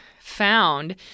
found